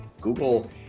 Google